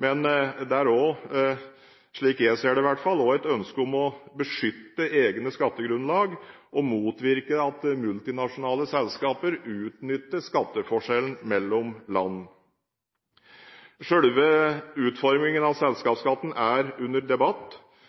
det er – slik jeg ser det i hvert fall – også et ønske om å beskytte egne skattegrunnlag og motvirke at multinasjonale selskaper utnytter skatteforskjellen mellom land. Selve utformingen av selskapsskatten er under debatt.